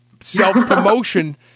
self-promotion